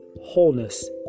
wholeness